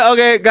Okay